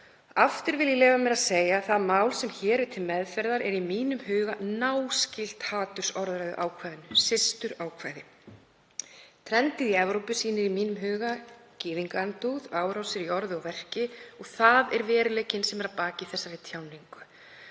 Aftur vil ég leyfa mér að segja að það mál sem hér er til meðferðar er í mínum huga náskylt hatursorðræðuákvæðinu, er systurákvæði þess. Tilhneigingin í Evrópu sýnir í mínum huga gyðingaandúð, árásir í orði og verki, og það er veruleikinn sem er að baki þessari tjáningu.